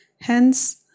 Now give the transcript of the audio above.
Hence